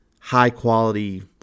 high-quality